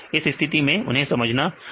इस स्थिति में उन्हें समझना मिल जाती है